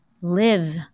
live